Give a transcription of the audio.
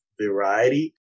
variety